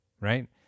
right